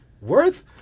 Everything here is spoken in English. worth